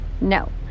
No